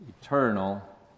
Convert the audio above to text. eternal